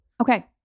Okay